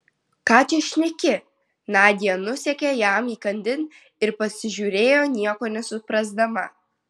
ką čia šneki nadia nusekė jam įkandin ir pasižiūrėjo nieko nesuprasdama